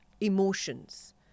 emotions